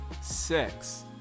sex